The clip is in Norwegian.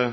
er